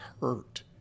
hurt